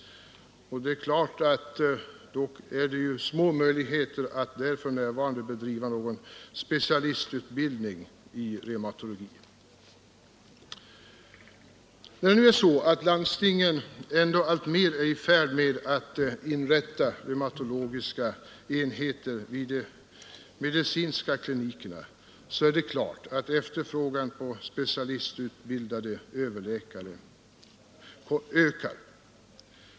Då är det naturligtvis små möjligheter att där för närvarande bedriva någon specialistutbildning i reumatologi. När landstingen alltmera är i färd med att inrätta reumatologiska enheter vid de medicinska klinikerna ökar naturligtvis efterfrågan på specialistutbildade överläkare.